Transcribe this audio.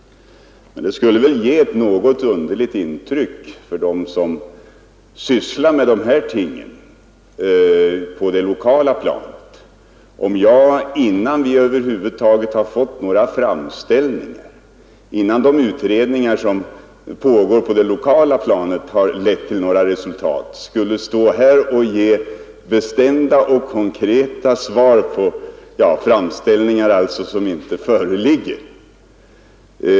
Men det skulle väl ge ett något underligt intryck för dem som sysslar med dessa ting på det lokala planet, om jag innan vi över huvud taget har fått några framställningar och innan utredningarna lett till resultat skulle ge bestämda och konkreta besked på dessa punkter.